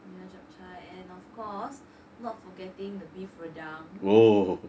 nyonya chap chye and of course not forgetting the beef rendang